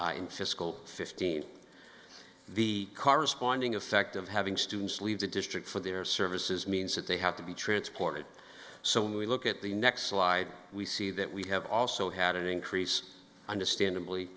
fiscal fifteen the corresponding effect of having students leave the district for their services means that they have to be transported so when we look at the next slide we see that we have also had an increase understandably